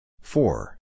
Four